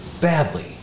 badly